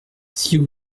six